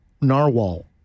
Narwhal